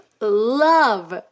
love